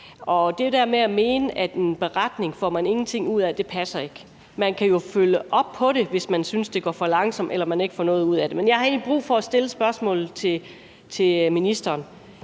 Og det der med at mene, at en beretning får man ingenting ud af, passer ikke. Man kan jo følge op på det, hvis man synes, det går for langsomt, eller man ikke får noget ud af det. Men jeg har egentlig brug for at stille et spørgsmål til ministeren,